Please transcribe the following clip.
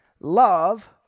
love